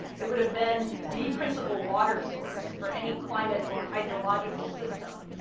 it would've been the principal water source for any climate or hydrological system,